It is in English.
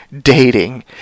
dating